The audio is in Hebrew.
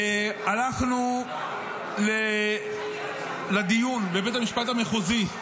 הלכנו לדיון בבית המשפט המחוזי,